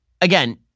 again